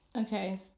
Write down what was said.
Okay